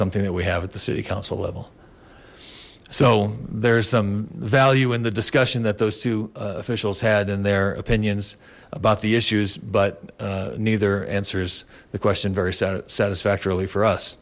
something that we have at the city council level so there's some value in the discussion that those two officials had in their opinions about the issues but neither answers the question very satisfactorily for us